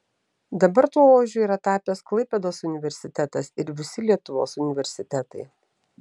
dabar tuo ožiu yra tapęs klaipėdos universitetas ir visi lietuvos universitetai